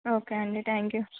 okay అండి thank you